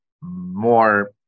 more